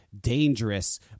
dangerous